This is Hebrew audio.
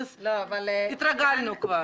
התרגלנו לזה.